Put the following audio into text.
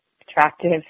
attractive